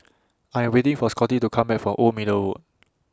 I Am waiting For Scottie to Come Back from Old Middle Road